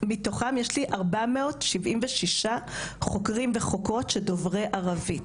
יש לנו 476 חוקרים וחוקרות שהם דוברי ערבית,